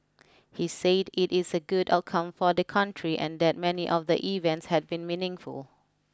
he said it is a good outcome for the country and that many of the events had been meaningful